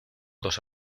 dos